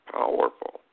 powerful